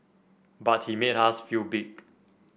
but he made us feel big